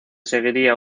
seguiría